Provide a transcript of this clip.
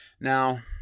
Now